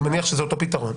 אני מניח שזה אותו פתרון,